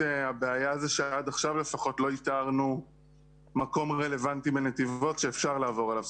הבעיה היא שעד עכשיו לא איתרנו מקום רלוונטי בנתיבות שאפשר לעבור אליו.